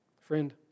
friend